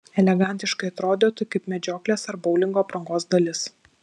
elegantiškai atrodo tik kaip medžioklės ar boulingo aprangos dalis